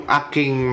aking